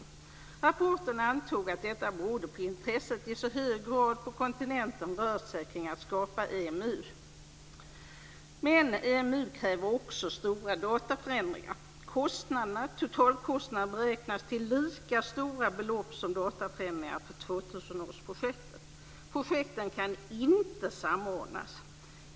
I rapporten antar man att detta beror på att intresset på kontinenten i mycket hög grad rör sig kring att skapa EMU kräver dock stora dataförändringar. Totalkostnaden beräknas till lika stora belopp som dataförändringarna för 2000-årsprojekten. Projekten kan inte samordnas.